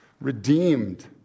redeemed